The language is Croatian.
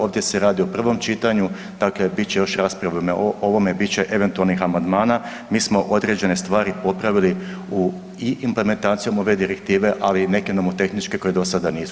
Ovdje se radi o prvom čitanju, dakle bit će još rasprave u ovome, bit će eventualnih amandmana, mi smo određene stvari popravili u i implementacijom ove Direktive, ali i neke nomotehničke koje do sada nisu.